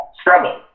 struggle